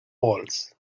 polls